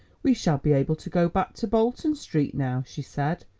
we shall be able to go back to bolton street now, she said,